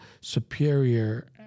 superior